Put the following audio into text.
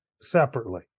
separately